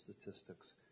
statistics